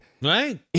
Right